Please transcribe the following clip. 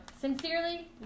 Sincerely